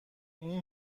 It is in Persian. این